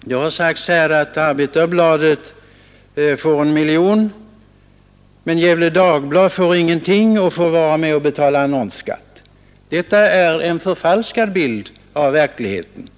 Det har sagts här att Arbetarbladet fått 1 miljon kronor, men att Gefle Dagblad inte fått någonting och dessutom får vara med och betala annonsskatt. Detta är en förfalskad bild av verkligheten.